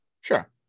Sure